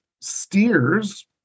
steers